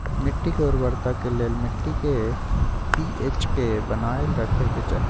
मिट्टी के उर्वरता के लेल मिट्टी के पी.एच के बनाएल रखे के चाहि